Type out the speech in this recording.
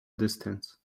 distance